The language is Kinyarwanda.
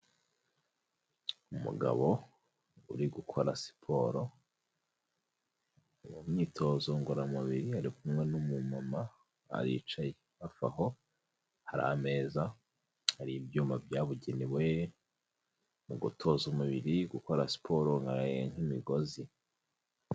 Umugabo uri gukora siporo mu myitozo ngororamubiri ari kumwe n'umumama aricaye, hafi yaho hari ameza hari ibyuma byabugenewe mu gutoza umubiri gukora siporo nk'imigozi.